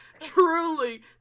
truly